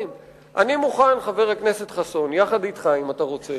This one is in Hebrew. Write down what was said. אני מוכן, חבר הכנסת חסון, יחד אתך, אם אתה רוצה,